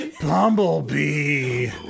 Bumblebee